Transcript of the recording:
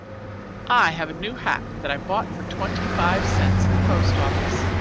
i have a new hat that i bought for twenty-five cents at the post office.